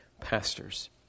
pastors